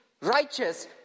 righteous